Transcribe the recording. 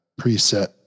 preset